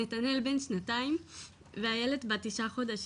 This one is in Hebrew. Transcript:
נתנאל בן שנתיים ואיילת בת תשעה חודשים.